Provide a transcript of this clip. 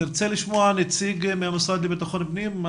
נרצה לשמוע נציג מהמשרד לביטחון פנים.